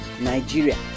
Nigeria